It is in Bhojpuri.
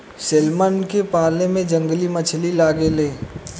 सेल्मन के पाले में जंगली मछली लागे ले